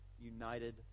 united